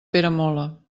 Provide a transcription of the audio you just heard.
peramola